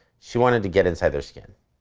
she wanted to get inside their skin.